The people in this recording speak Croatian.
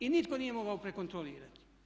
I nitko nije mogao prekontrolirati.